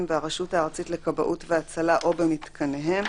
והרשות הארצית לכבאות והצלה או במתקניהם,